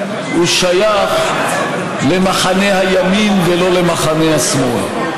הוא שייך למחנה הימין ולא למחנה השמאל.